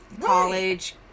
college